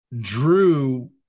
Drew